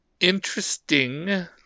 interesting